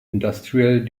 industrial